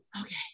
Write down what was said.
okay